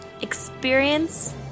experience